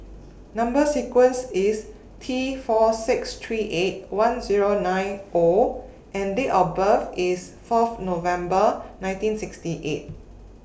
Number sequence IS T four six three eight one Zero nine O and Date of birth IS Fourth November nineteen sixty eight